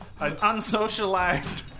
unsocialized